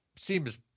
seems